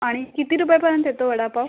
आणि किती रूपयापर्यंत येतो वडापाव